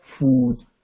food